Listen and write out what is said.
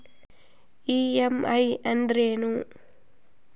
EMI ಅಂದ್ರೇನು?